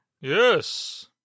Yes